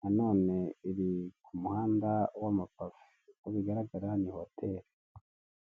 na none iri ku muhanda w'amapave uko bigaragara ni hoteri.